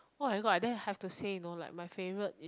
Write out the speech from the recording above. oh my god and then have to say you know like my favourite is